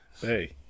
Hey